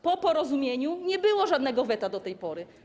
Po porozumieniu nie było żadnego weta do tej pory.